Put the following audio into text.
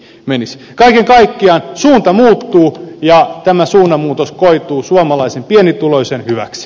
kaiken kaikkiaan suunta muuttuu ja tämä suunnanmuutos koituu suomalaisen pienituloisen hyväksi